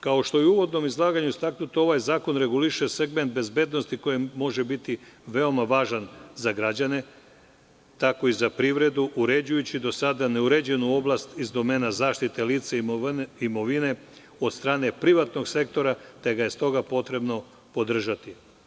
Kao što je u uvodnom izlaganju istaknuto, ovaj zakon reguliše segment bezbednosti koji može biti veoma važan za građane, tako i za privredu, uređujući do sada ne uređenu oblast iz domena zaštite lica i imovine od strane privatnog sektora, te da je stoga potrebno podržati.